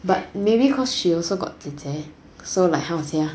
but maybe cause she also got 姐姐 so like how to say ah